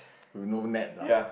who know nets ah